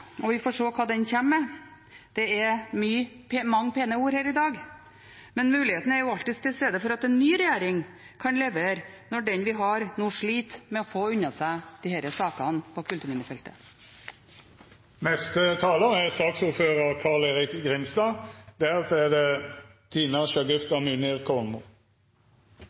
og vi får se hva den kommer med. Det er mange pene ord her i dag, men muligheten er jo alltids til stede for at en ny regjering kan levere når den vi har, nå sliter med å få unna disse sakene på kulturminnefeltet. Representanten Sem-Jacobsen etterlyser mer konkretisering av regjeringens mål. Det